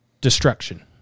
destruction